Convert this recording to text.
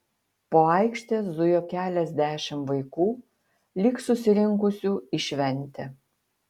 po aikštę zujo keliasdešimt vaikų lyg susirinkusių į šventę